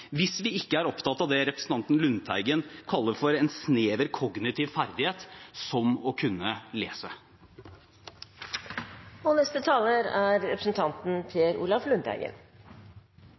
hvis vi ikke er opptatt av det representanten Lundteigen kaller for en snever kognitiv ferdighet, som å kunne